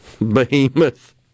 behemoth